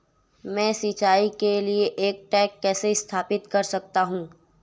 मैं सिंचाई के लिए एक टैंक कैसे स्थापित कर सकता हूँ?